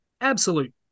absolute